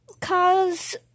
cause